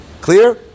Clear